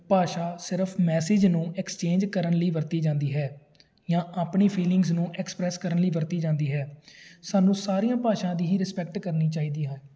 ਭਾਸ਼ਾ ਸਿਰਫ ਮੈਸਿਜ਼ ਨੂੰ ਐਕਸਚੇਂਜ ਕਰਨ ਲਈ ਵਰਤੀ ਜਾਂਦੀ ਹੈ ਜਾਂ ਆਪਣੀ ਫੀਲਿੰਗਜ ਨੂੰ ਐਕਸਪ੍ਰੈਸ ਕਰਨ ਲਈ ਵਰਤੀ ਜਾਂਦੀ ਹੈ ਸਾਨੂੰ ਸਾਰੀਆਂ ਭਾਸ਼ਾ ਦੀ ਹੀ ਰਿਸਪੈਕਟ ਕਰਨੀ ਚਾਹੀਦੀ ਹੈ